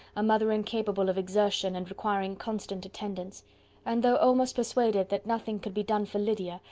a mother incapable of exertion, and requiring constant attendance and though almost persuaded that nothing could be done for lydia,